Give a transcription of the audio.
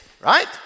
Right